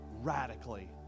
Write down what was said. Radically